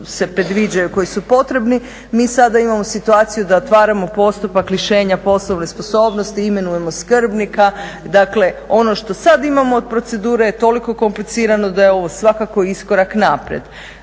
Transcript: se predviđaju, koji su potrebni. Mi sada imamo situaciju da otvaramo postupak lišenja poslovne sposobnosti, imenujemo skrbnika, dakle ono što sad imamo od procedure je toliko komplicirano da je ovo svakako iskorak naprijed.